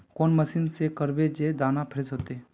कौन मशीन से करबे जे दाना फ्रेस होते?